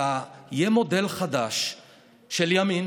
יהיה מודל חדש של ימין